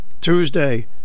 Tuesday